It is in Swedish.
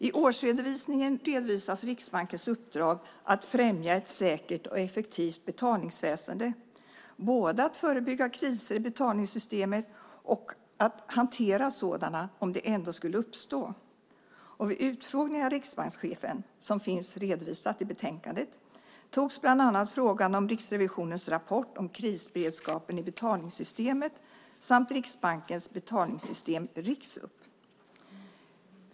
I årsredovisningen redovisas Riksbankens uppdrag att främja ett säkert och effektivt betalningsväsen. Det handlar både om att förebygga kriser i betalningssystemet och om att hantera sådana om de ändå skulle uppstå. Vid utfrågningen av riksbankschefen, som finns redovisad i betänkandet, togs bland annat frågan om Riksrevisionens rapport om krisberedskapen i betalningssystemet samt Riksbankens betalningssystem RIX upp.